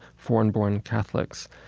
foreign born catholics.